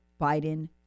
Biden